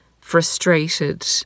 frustrated